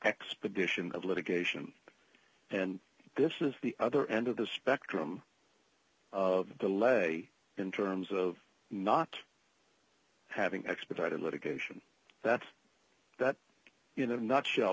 expedition of litigation and this is the other end of the spectrum of the lay in terms of not having expedited litigation that that in a nutshell